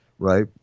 Right